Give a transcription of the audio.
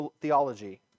theology